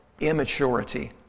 immaturity